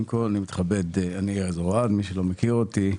למי שלא מכיר אותי,